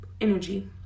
energy